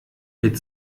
mit